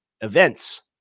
events